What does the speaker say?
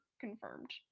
confirmed